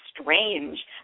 strange